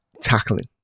tackling